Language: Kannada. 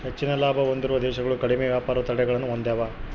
ಹೆಚ್ಚಿನ ಲಾಭ ಹೊಂದಿರುವ ದೇಶಗಳು ಕಡಿಮೆ ವ್ಯಾಪಾರ ತಡೆಗಳನ್ನ ಹೊಂದೆವ